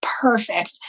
perfect